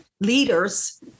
leaders